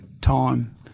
time